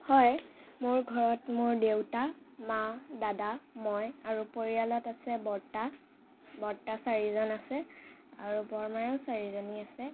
হয় মোৰ ঘৰত মোৰ দেউতা মা দাদা মই আৰু পৰিয়ালত আছে বৰ্তা বৰ্তা চাৰিজন আছে আৰু বৰমাও চাৰিজনী আছে